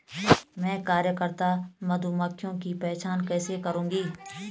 मैं कार्यकर्ता मधुमक्खियों की पहचान कैसे करूंगी?